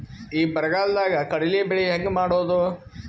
ಈ ಬರಗಾಲದಾಗ ಕಡಲಿ ಬೆಳಿ ಹೆಂಗ ಮಾಡೊದು?